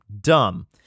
Dumb